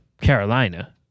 Carolina